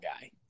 guy